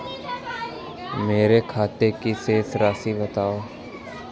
मेरे खाते की शेष राशि बताओ?